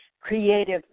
creative